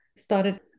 started